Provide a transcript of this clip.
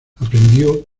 aprendió